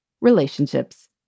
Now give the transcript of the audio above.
relationships